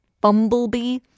bumblebee